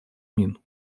мин